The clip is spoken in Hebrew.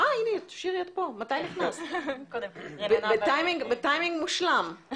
כפי שאמרת, לבקשתך, בימים אלו